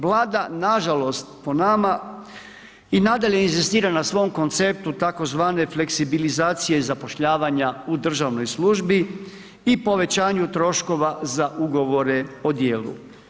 Vlada nažalost, po nama, i nadalje inzistira na svom konceptu tzv. fleksibilizacije zapošljavanja u državnoj službi i povećanju troškova za ugovore o djelu.